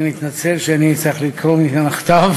אני מתנצל שאני צריך לקרוא מהכתב,